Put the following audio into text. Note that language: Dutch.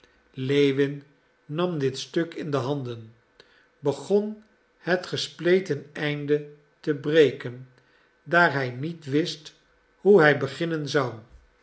lewin nam dit stuk in de handen begon het gespleten einde te breken daar hij niet wist hoe hij beginnen zou